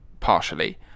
partially